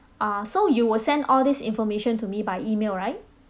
uh so you will send all these information to me by email right